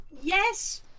yes